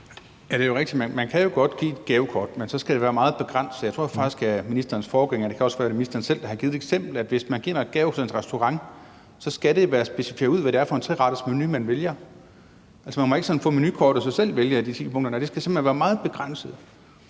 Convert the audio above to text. Det er jo rigtigt, at man godt kan give et gavekort, men så skal det være meget begrænset. Jeg tror faktisk, at ministerens forgænger har sagt – det kan også være, det er ministeren selv, der har givet det eksempel – at hvis man giver et gavekort til en restaurant, skal det være specificeret ud, hvad det er for en trerettersmenu, man vælger. Man må ikke få menukortet og så selv vælge af de ti punkter. Nej, det skal simpelt hen være meget begrænset.